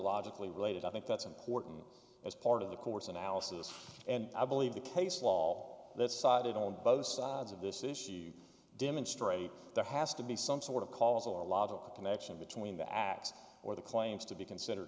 logically related i think that's important as part of the court's analysis and i believe the case law that sided on both sides of this issue demonstrate there has to be some sort of causal or logical connection between the acts or the claims to be considered